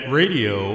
radio